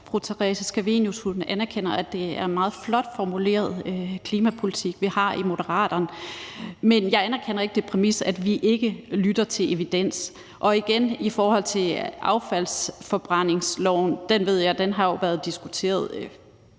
fru Theresa Scavenius anerkender, at det er en meget flot formuleret klimapolitik, vi har i Moderaterne. Men jeg anerkender ikke præmissen om, at vi ikke lytter til evidens. I forhold til affaldsforbrændingsloven ved jeg, at den jo har været diskuteret